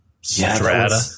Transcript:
Strata